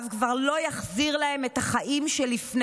שום דבר שנצטער עליו כבר לא יחזיר להם את החיים שלפני.